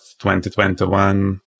2021